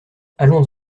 allons